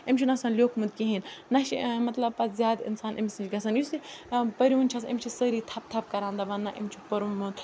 أمِس چھُنہٕ آسان لیوٗکھمُت کِہیٖنۍ نہ چھِ مطلب پَتہٕ زیادٕ اِنسان أمِس نِش گژھان یُس یہِ پٔرۍوُن چھِ آسان أمِس چھِ آسان سٲری تھَپہٕ تھَپہٕ کَران دَپان نہ أمۍ چھُ پوٚرمُت